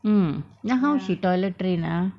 mm then how she toilet train ah